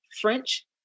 French